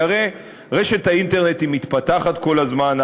כי הרי האינטרנט מתפתח כל הזמן,